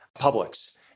Publix